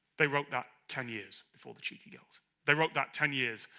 they wrote that ten years before the cheeky girls they wrote that ten years,